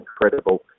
incredible